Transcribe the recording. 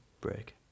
break